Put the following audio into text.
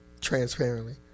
Transparently